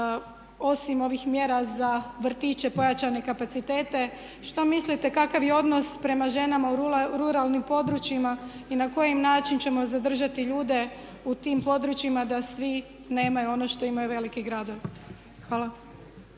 osim ovih mjera za vrtiće, pojačane kapacitete što mislite kakav je odnos prema ženama u ruralnim područjima i na koji način ćemo zadržati ljude u tim područjima da svi nemaju ono što imaju veliki gradovi. Hvala.